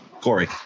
Corey